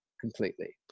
completely